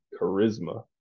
charisma